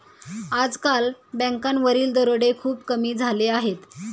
आजकाल बँकांवरील दरोडे खूप कमी झाले आहेत